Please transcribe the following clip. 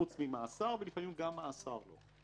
חוץ ממאסר, ולפעמים גם מאסר לא.